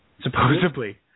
supposedly